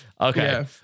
Okay